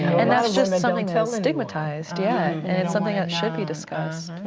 and that's just and something still stigmatized, yeah. and something that should be discussed.